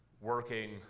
working